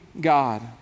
God